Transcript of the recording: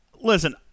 Listen